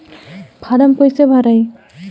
Form कईसे भराई?